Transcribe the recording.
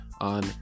on